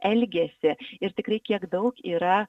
elgiasi ir tikrai kiek daug yra